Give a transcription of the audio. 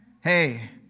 hey